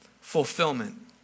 fulfillment